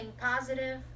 positive